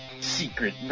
Secret